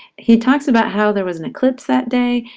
he talks about how there was an eclipse that day,